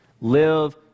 Live